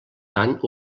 tant